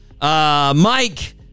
Mike